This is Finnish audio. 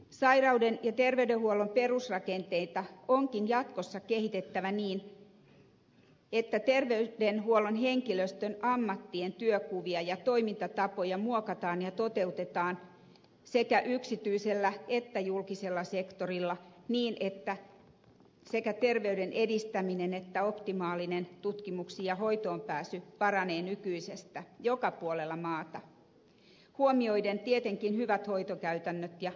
sairauden ja terveydenhuollon perusrakenteita onkin jatkossa kehitettävä niin että terveydenhuollon henkilöstön ammattien työnkuvia ja toimintatapoja muokataan ja toteutetaan sekä yksityisellä että julkisella sektorilla niin että sekä terveyden edistäminen että optimaalinen tutkimukseen ja hoitoonpääsy paranevat nykyisestä joka puolella maata tietenkin hyvät hoitokäytännöt ja lääkkeiden kehitys huomioiden